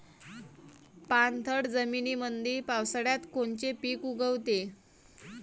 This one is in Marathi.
पाणथळ जमीनीमंदी पावसाळ्यात कोनचे पिक उगवते?